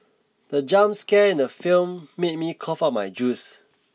the jump scare in the film made me cough out my juice